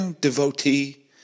devotee